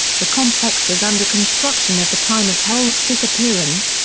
the complex was under construction at the time of holt's disappearance,